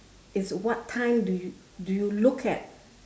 is what time do you do you look at